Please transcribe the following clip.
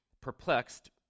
Perplexed